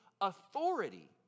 authority